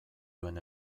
duen